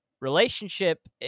relationship